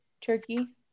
Turkey